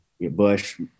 Bush